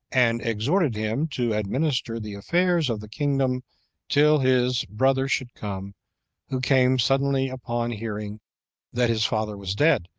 and exhorted him to administer the affairs of the kingdom till his brother should come who came suddenly upon hearing that his father was dead,